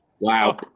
Wow